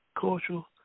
Cultural